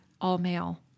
all-male